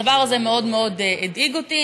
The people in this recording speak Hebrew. הדבר הזה מאוד מאוד הדאיג אותי.